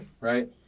Right